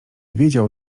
wiedział